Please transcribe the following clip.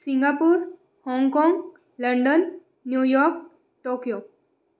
Singapore Hong Kong London New York Tokyo